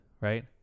right